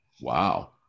wow